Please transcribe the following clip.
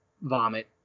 vomit